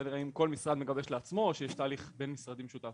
האם כל משרד מגבש לעצמו או שיש תהליך בין-משרדי משותף,